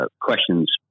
questions